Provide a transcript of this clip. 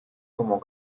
como